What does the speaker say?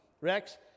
Rex